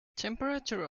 temperatures